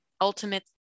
Ultimate